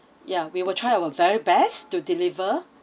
ya we will try our very best to deliver